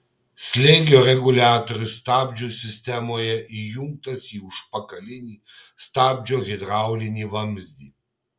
slėgio reguliatorius stabdžių sistemoje įjungtas į užpakalinį stabdžio hidraulinį vamzdį